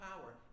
power